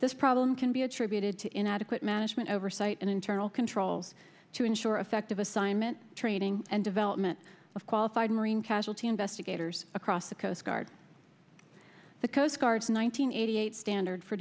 this problem can be attributed to inadequate management oversight and internal controls to ensure effective assignment training and development of qualified marine casualty investigators across the coast guard the coast guard's one thousand nine hundred eighty eight standard for